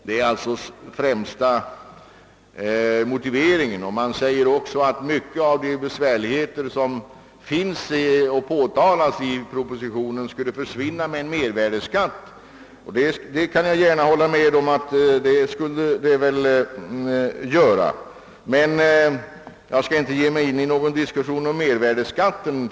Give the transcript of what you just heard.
Det sägs också att många av de besvärligheter som påtalas i propositionen skulle försvinna i och med en mervärdeskatt. Det kan jag gärna hålla med om men jag skall inte nu ge mig in i någon diskussion om en sådan skatt.